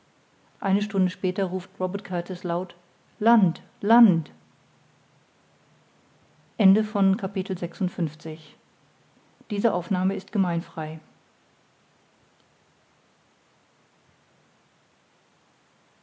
eine stunde später ruft robert kurtis laut land land das